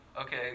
Okay